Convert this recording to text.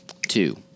Two